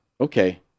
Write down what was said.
okay